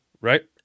right